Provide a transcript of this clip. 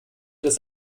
dass